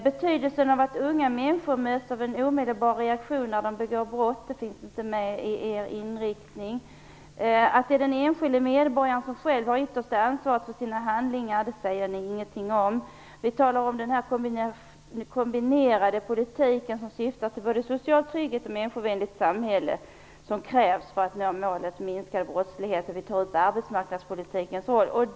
Betydelsen av att unga människor möts av en omedelbar reaktion när de begår brott finns inte heller angiven i er inriktning. Att det är den enskilde medborgaren själv som har det yttersta ansvaret för sina handlingar säger ni ingenting om. Vi talar om den kombinerade politiken som syftar till både social trygghet och människovänligt samhälle och som krävs för att man skall nå målet en minskad brottslighet. Vi tar också upp arbetsmarknadspolitikens roll.